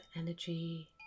energy